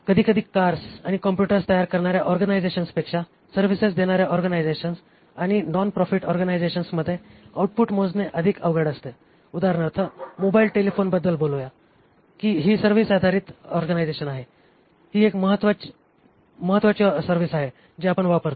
कधीकधी कार्स आणि कॉम्प्युटर्स तयार करणाऱ्या ऑर्गनायझेशन्सपेक्षा सर्व्हिसेस देणाऱ्या ऑर्गनायझेशन्स आणि नॉन प्रॉफिट ऑर्गनायझेशन्सचे आउटपुट मोजणे अधिक अवघड असते उदाहरणार्थ मोबाइल टेलिफोनबद्दल बोलूया ही सर्व्हिस आधारित ऑर्गनायझेशन आहे ही एक महंतांची सर्व्हिस आहे जी आपण वापरतो